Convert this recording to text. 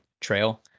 Trail